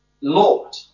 Lord